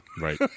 Right